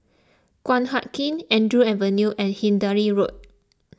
Guan Huat Kiln Andrews Avenue and Hindhede Road